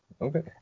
Okay